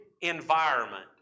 environment